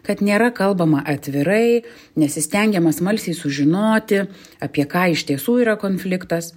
kad nėra kalbama atvirai nesistengiama smalsiai sužinoti apie ką iš tiesų yra konfliktas